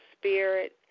spirit